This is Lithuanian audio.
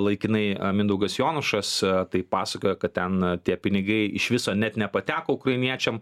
laikinai mindaugas jonušas tai pasakojo kad ten tie pinigai iš viso net nepateko ukrainiečiam